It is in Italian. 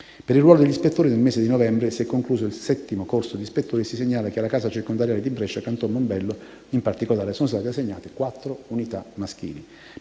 Per il ruolo degli ispettori, nel mese di novembre si è concluso il VII corso ispettori e si segnala che alla casa circondariale di Brescia Canton Mombello, in particolare, sono state assegnate 4 unità maschili.